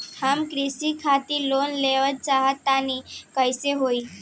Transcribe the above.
हम कृषि खातिर लोन लेवल चाहऽ तनि कइसे होई?